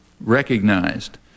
recognized